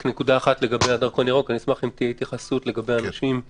לגבי דרכון ירוק אשמח אם תהיה התייחסות לגבי אנשים או